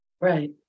Right